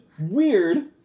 weird